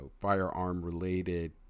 firearm-related